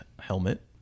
helmet